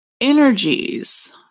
energies